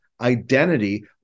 identity